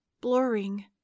blurring